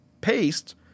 paste